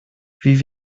wie